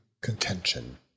contention